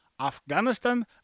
Afghanistan